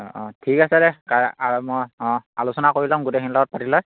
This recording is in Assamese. অঁ অঁ ঠিক আছে দে কা মই অঁ আলোচনা কৰি যাম গোটেইখিনি লগত পাতিলৈ